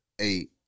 eight